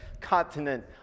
continent